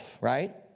Right